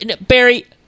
Barry